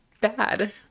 bad